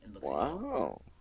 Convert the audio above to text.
Wow